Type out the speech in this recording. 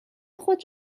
خود